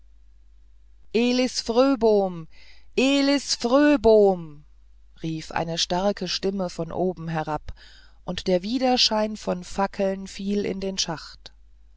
elis fröbom elis fröbom rief eine starke stimme von oben herab und der widerschein von fackeln fiel in den schacht